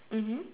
mmhmm